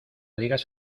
digas